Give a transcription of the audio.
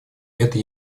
это